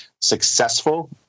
successful